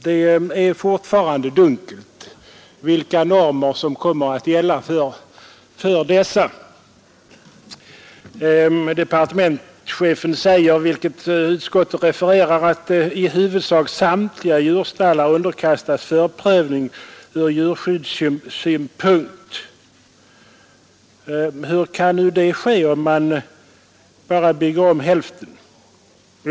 Det är fortfarande dunkelt vilka bestämmelser som kommer att gälla för dessa. Departementschefen säger, vilket utskottet refererar, att det är angeläget ”att i huvudsak samtliga djurstallar underkastas förprövning från djurskyddssynpunkt”. Hur kan det ske om man bara bygger om hälften av stallarna?